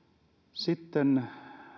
sitten